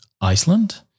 Iceland